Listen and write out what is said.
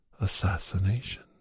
assassination